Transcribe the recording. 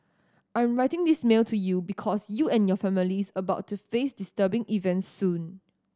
I'm writing this mail to you because you and your families about to face disturbing events soon